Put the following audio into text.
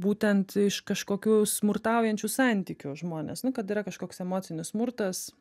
būtent iš kažkokių smurtaujančių santykių žmonės nu kad yra kažkoks emocinis smurtas